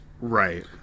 right